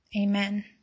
amen